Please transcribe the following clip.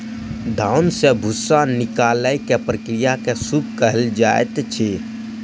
धान से भूस्सा निकालै के प्रक्रिया के सूप कहल जाइत अछि